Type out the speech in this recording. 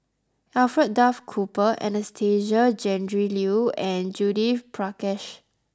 Alfred Duff Cooper Anastasia Tjendri Liew and Judith Prakash